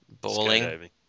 Bowling